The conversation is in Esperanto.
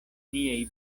niaj